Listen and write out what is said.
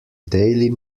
daily